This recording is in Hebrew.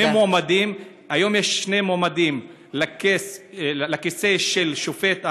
היום יש שני מועמדים לכיסא של שופט עליון,